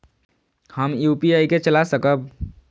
हम यू.पी.आई के चला सकब?